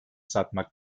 satmak